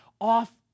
off